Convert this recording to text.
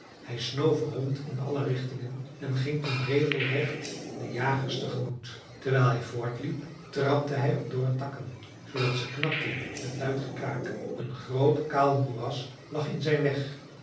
hij snoof rond in alle richtingen en ging toen regelrecht de jagers tegemoet terwijl hij voortliep trapte hij op dorre takken zoodat ze knapten met luid gekraak een groot kaal moeras lag in zijn weg